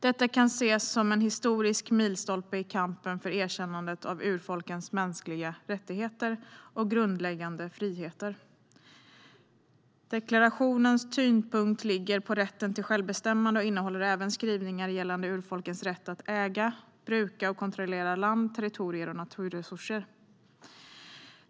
Detta kan ses som en historisk milstolpe i kampen för erkännandet av urfolkens mänskliga rättigheter och grundläggande friheter. Deklarationens tyngdpunkt ligger på rätten till självbestämmande och innehåller även skrivningar gällande urfolkens rätt att äga, bruka och kontrollera land, territorier och naturresurser.